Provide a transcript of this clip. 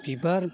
बिबार